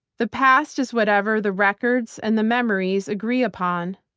the past is whatever the records and the memories agree upon.